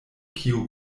kiu